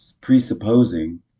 presupposing